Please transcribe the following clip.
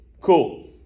cool